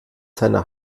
seiner